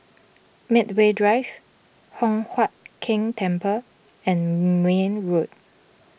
Medway Drive Hock Huat Keng Temple and Mayne Road